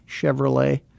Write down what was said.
Chevrolet